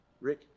Rick